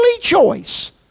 choice